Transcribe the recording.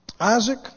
Isaac